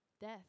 death